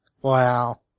Wow